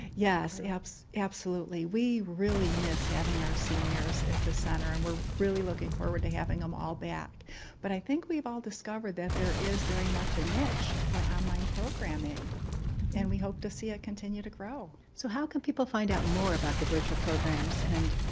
yes, it helps absolutely we really miss having our seniors at the center and we're really looking forward to having them all back but i think we've all discovered that there is very much a niche for online programming and we hope to see it continue to grow so how can people find out more about the virtual programs and